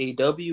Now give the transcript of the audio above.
AW